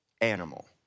animal